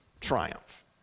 triumph